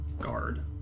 guard